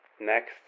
Next